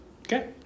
Okay